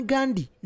Gandhi